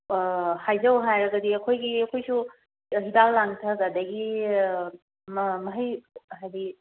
ꯍꯥꯏꯖꯧ ꯍꯥꯏꯔꯒꯗꯤ ꯑꯩꯈꯣꯏꯒꯤ ꯑꯩꯈꯣꯏꯁꯨ ꯍꯤꯗꯥꯛ ꯂꯥꯡꯊꯛ ꯑꯗꯒꯤ ꯃꯍꯩ ꯍꯥꯏꯗꯤ